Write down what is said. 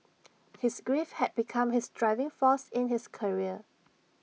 his grief had become his driving force in his career